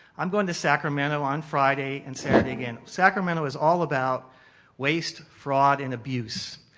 i'm going to sacramento on friday and saturday again. sacramento is all about waste, fraud and abuse.